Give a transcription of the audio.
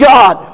God